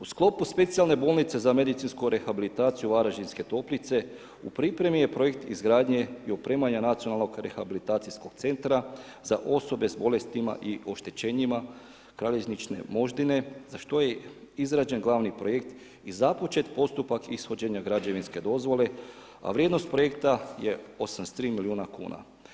U sklopu spacijalne bolnice za medicinsku rehabilitaciju Varaždinske toplice, u pripremi je projekt izgradnje i opremanje nacionalnog rehabilitacijskog centra za osobe s bolestima i oštećenjima kralježničke moždine za što je izgrađen glavni projekt i započet postupak ishođenja građevinske dozvole, a vrijednost projekta je 83 milijuna kn.